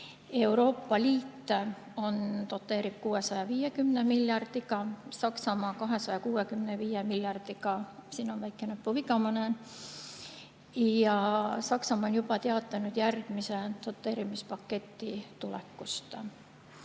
Euroopa Liit doteerib 650 miljardiga, Saksamaa 265 miljardiga. Siin [slaidil] on väikene näpuviga, ma näen. Ja Saksamaa on juba teatanud järgmise doteerimispaketi tulekust.